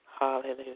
Hallelujah